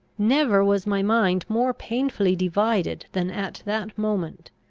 never was my mind more painfully divided than at that moment.